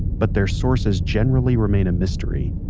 but their sources generally remain a mystery.